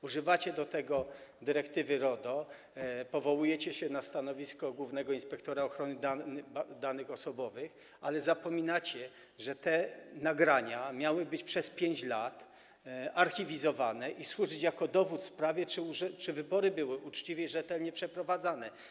Używacie do tego dyrektywy RODO, powołujecie się na stanowisko głównego inspektora ochrony danych osobowych, ale zapominacie, że te nagrania miały być przez 5 lat archiwizowane i służyć jako dowód w sprawie, czy wybory były uczciwie i rzetelnie przeprowadzane.